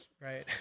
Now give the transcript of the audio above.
Right